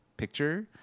picture